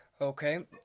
okay